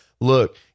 look